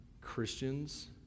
Christians